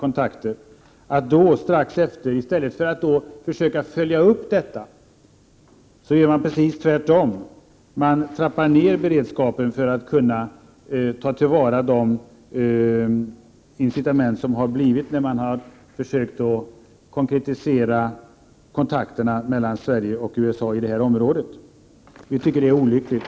I stället för att följa upp detta gör man precis tvärtom. Man trappar ned beredskapen för att kunna ta till vara de incitament som bildats när man försökt konkretisera kontakterna mellan Sverige och USA i det området. Vi tycker att det är olyckligt.